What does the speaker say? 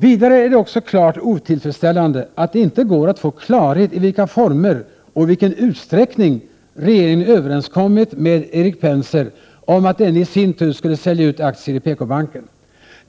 Vidare är det också klart otillfredsställande att det inte går att få klarhet om i vilka former och i vilken utsträckning regeringen överenskommit med Erik Penser om att denne i sin tur skulle sälja ut aktier i PKbanken.